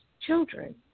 children